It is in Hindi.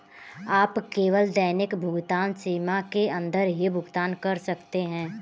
आप केवल दैनिक भुगतान सीमा के अंदर ही भुगतान कर सकते है